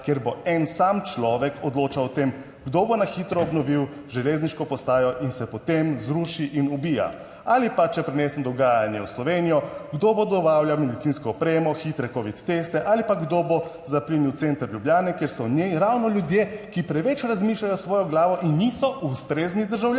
kjer bo en sam človek odločal o tem, kdo bo na hitro obnovil železniško postajo in se potem zruši(?) in ubija ali pa, če prinesem dogajanje v Slovenijo, kdo bo dobavljal medicinsko opremo, hitre covid teste ali pa kdo bo zaplinil center Ljubljane, kjer so v njej ravno ljudje, ki preveč razmišljajo s svojo glavo in niso ustrezni državljani.